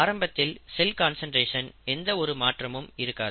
ஆரம்பத்தில் செல் கான்சன்ட்ரேஷனில் எந்த ஒரு மாற்றமும் இருக்காது